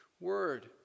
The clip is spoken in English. word